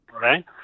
right